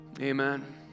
amen